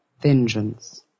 Vengeance